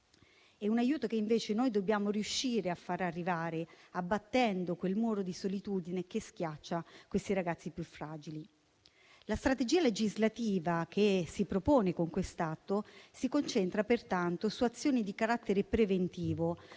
un aiuto che, invece, dobbiamo riuscire a far arrivare, abbattendo quel muro di solitudine che schiaccia questi ragazzi più fragili. La strategia legislativa del disegno di legge in esame si concentra, pertanto, su azioni di carattere preventivo,